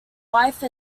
wife